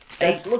Eight